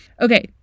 Okay